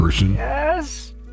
Yes